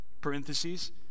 parentheses